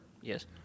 Yes